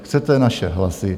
Chcete naše hlasy?